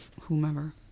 whomever